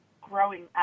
growing